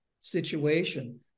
situation